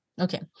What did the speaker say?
Okay